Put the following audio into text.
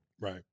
right